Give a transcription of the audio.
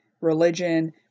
religion